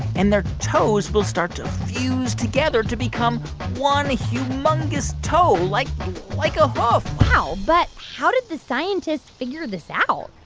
and their toes will start to fuse together to become one humongous toe like like a hoof wow. but how did the scientists figure this out?